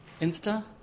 Insta